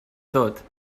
tot